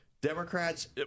Democrats